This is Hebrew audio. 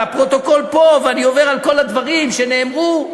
והפרוטוקול פה, ואני עובר על כל הדברים שנאמרו.